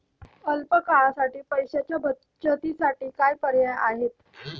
अल्प काळासाठी पैशाच्या बचतीसाठी काय पर्याय आहेत?